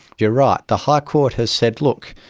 you're right, the high court has said, look,